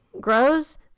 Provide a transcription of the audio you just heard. grows